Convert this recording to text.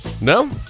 No